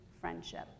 friendship